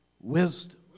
wisdom